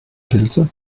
pilze